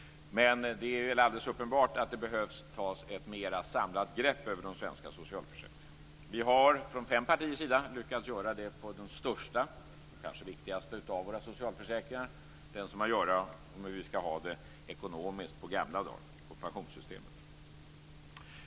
Men det är alldeles uppenbart att det behöver tas ett mer samlat grepp över de svenska socialförsäkringarna. Vi har från fem partiers sida lyckats göra det med den största och kanske viktigaste av våra socialförsäkringar, den som har att göra med hur vi skall ha det ekonomiskt på gamla dar, pensionssystemet.